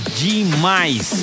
demais